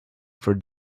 for